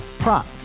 Prop